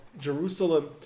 Jerusalem